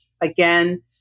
Again